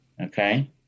okay